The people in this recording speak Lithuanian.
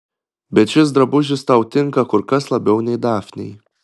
bet šis drabužis tau tinka kur kas labiau nei dafnei